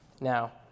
now